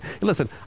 Listen